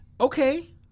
Okay